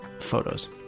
photos